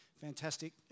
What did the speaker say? fantastic